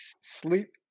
Sleep